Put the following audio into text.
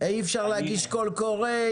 אי אפשר להגיש קול קורא.